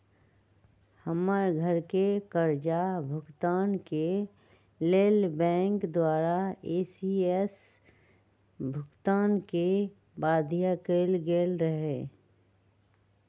हमर घरके करजा भूगतान के लेल बैंक द्वारा इ.सी.एस भुगतान के बाध्य कएल गेल रहै